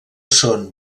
són